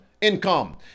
income